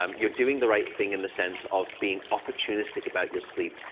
um you're doing the right thing in the sense of being opportunistic about your sleep.